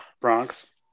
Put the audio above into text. Bronx